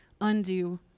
undo